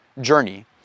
journey